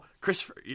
Christopher